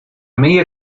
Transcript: media